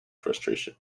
frustration